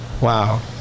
Wow